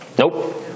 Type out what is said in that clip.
Nope